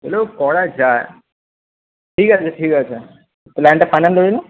এগুলোও করা যায় ঠিক আছে ঠিক আছে প্ল্যানটা ফাইনাল রইলো